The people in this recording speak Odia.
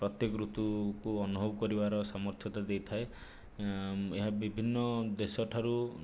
ପ୍ରତ୍ୟେକ ଋତୁକୁ ଅନୁଭବ କରିବାର ସାମର୍ଥ୍ୟତା ଦେଇଥାଏ ଏହା ବିଭିନ୍ନ ଦେଶଠାରୁ